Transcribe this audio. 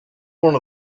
one